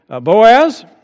Boaz